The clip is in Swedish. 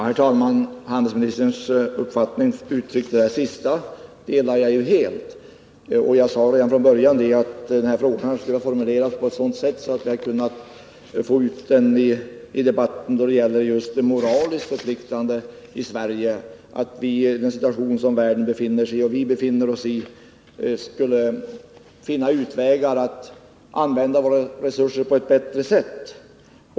Herr talman! Den uppfattning som handelsministern sist gav uttryck för delar jag helt. Redan i början sade jag att frågan kanske borde ha formulerats på ett sådant sätt att vi kunnat få ut den i debatten om huruvida det inte är moraliskt förpliktande i Sverige att i den situation Sverige och hela världen befinner sig i försöka finna vägar att använda våra resurser på ett bättre sätt.